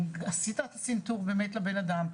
אם עשית צנתור באמת לבנאדם,